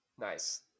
Nice